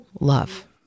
love